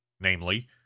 Namely